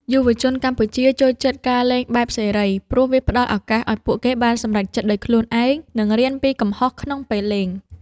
យុវជនកម្ពុជាចូលចិត្តការលេងបែបសេរី ព្រោះវាផ្ដល់ឱកាសឱ្យពួកគេបានសម្រេចចិត្តដោយខ្លួនឯង និងរៀនពីកំហុសក្នុងពេលលេង។